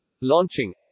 launching